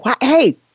hey